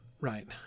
right